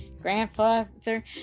Grandfather